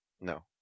No